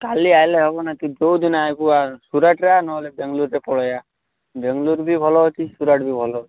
କାଲି ଆଇଲେ ହେବନା ତୁ କେଉଁଦିନେ ଆଇବୁ ଆ ସୁରଟରେ ଆ ନହେଲେ ବେଙ୍ଗଲୋରରେ ପଳେଇ ଆ ବେଙ୍ଗଲୋର ବି ଭଲ ଅଛି ସୁରଟ ବି ଭଲ